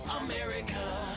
America